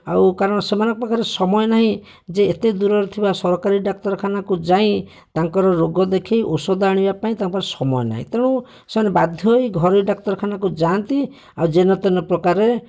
ଆଉ କାରଣ ସେମାନଙ୍କ ପାଖରେ ସମୟ ନାହିଁ ଯେ ଏତେ ଦୂରରେ ଥିବା ସରକାରୀ ଡାକ୍ତରଖାନାକୁ ଯାଇ ତାଙ୍କର ରୋଗ ଦେଖି ଔଷଧ ଆଣିବା ପାଇଁ ତାଙ୍କ ପାଖରେ ସମୟ ନାହିଁ ତେଣୁ ସେମାନେ ବାଧ୍ୟ ହୋଇ ଘରୋଇ ଡାକ୍ତରଖାନାକୁ ଯାଆନ୍ତି ଆଉ ଯେନତେନ ପ୍ରକାରରେ